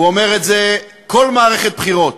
הוא אומר את זה כל מערכת בחירות,